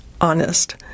Honest